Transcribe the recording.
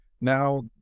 Now